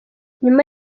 nyuma